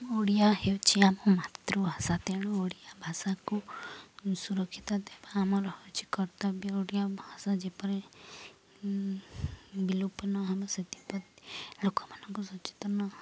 ଓଡ଼ିଆ ହେଉଛି ଆମ ମାତୃଭାଷା ତେଣୁ ଓଡ଼ିଆ ଭାଷାକୁ ସୁରକ୍ଷିତ ଦେବା ଆମର ହେଉଛିି କର୍ତ୍ତବ୍ୟ ଓଡ଼ିଆ ଭାଷା ଯେପରି ବିଲୁପ ନ ହେବ ସେଥିପ୍ରତି ଲୋକମାନଙ୍କୁ ସଚେତନ